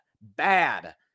Bad